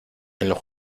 los